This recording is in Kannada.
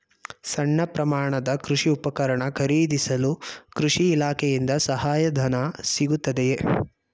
ಸಣ್ಣ ಪ್ರಮಾಣದ ಕೃಷಿ ಉಪಕರಣ ಖರೀದಿಸಲು ಕೃಷಿ ಇಲಾಖೆಯಿಂದ ಸಹಾಯಧನ ಸಿಗುತ್ತದೆಯೇ?